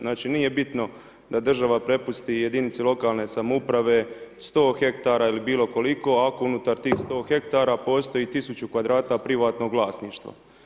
Znači nije bitno da država prepusti jedinici lokalne samouprave 100 hektara ili bilo koliko ako unutar tih 100 hektara postoji tisuću kvadrata privatnog vlasništva.